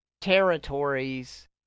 territories